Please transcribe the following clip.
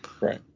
Right